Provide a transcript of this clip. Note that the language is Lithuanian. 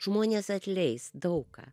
žmonės atleis daug ką